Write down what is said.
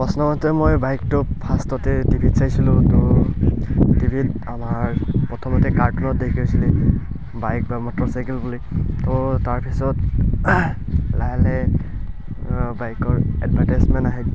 প্ৰশ্নমতে মই বাইকটো ফাৰ্ষ্টতে টি ভিত চাইছিলোঁ তো টি ভিত আমাৰ প্ৰথমতে কাৰ্টুনত দেখি হৈছিলে বাইক বা মটৰচাইকেল বুলি তো তাৰপিছত লাহে লাহে বাইকৰ এডভাৰ্টাইজমেণ্ট আহিল